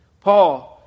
Paul